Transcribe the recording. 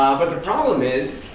but the problem is